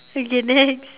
okay next